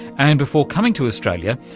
and before coming to australia,